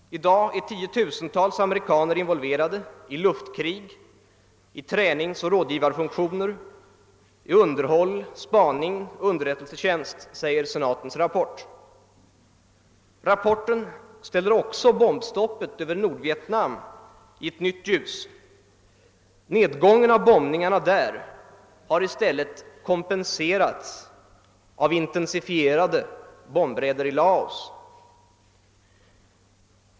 I dag är tiotusentals amerikaner involverade: i luftkrig, i träningsoch rådgivarfunktioner, i underhåll, i spaning och underrättelsetjänst, säger senatens rapport. Rapporten ställer också bombstoppet över Nordvietnam i ett nytt ljus. Nedgången av bombningarna där har i stället »kompenserats» av intensifierade bombraider i Laos.